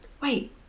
wait